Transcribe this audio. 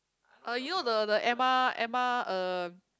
er you know the the Emma Emma uh